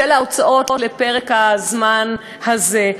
ושל ההוצאות לפרק הזמן הזה,